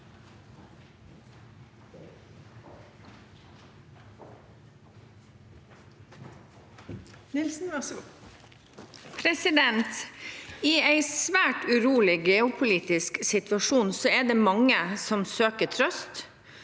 I en svært urolig geo- politisk situasjon er det mange som søker trøst